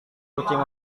kucing